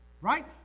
Right